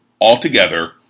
altogether